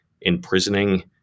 imprisoning